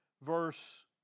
Verse